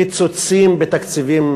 קיצוצים בתקציבים